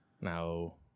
No